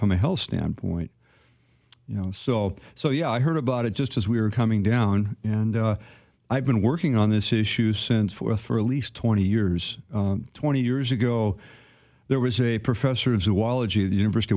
from a health standpoint you know so so yeah i heard about it just as we were coming down and i've been working on this issue since for for at least twenty years twenty years ago there was a professor